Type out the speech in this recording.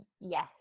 yes